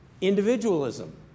individualism